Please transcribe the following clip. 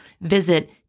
Visit